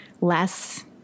less